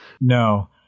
No